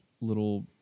little